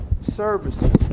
services